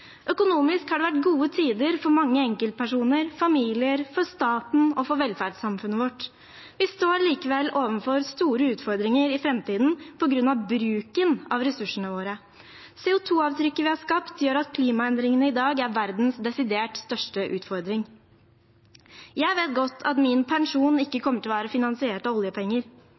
Økonomisk har det vært gode tider for mange enkeltpersoner og familier, for staten og velferdssamfunnet vårt. Vi står likevel overfor store utfordringer i framtiden på grunn av bruken av ressursene våre. CO 2 -avtrykket vi har skapt, gjør at klimaendringene i dag er verdens desidert største utfordring. Jeg vet godt at min pensjon ikke kommer til å være finansiert av oljepenger.